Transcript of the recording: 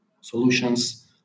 solutions